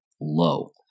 low